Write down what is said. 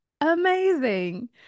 amazing